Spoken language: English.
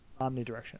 Omnidirectional